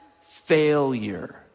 failure